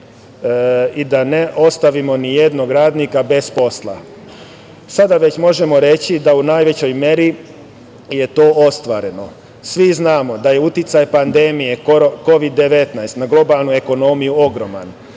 i da ne ostavimo ni jednog radnika bez posla. Sada već možemo reći da u najvećoj meri je to ostvareno. Svi znamo da je uticaj pandemije Kovid 19 na globalnu ekonomiju ogroman,